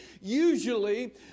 usually